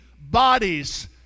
bodies